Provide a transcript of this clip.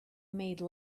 made